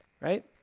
right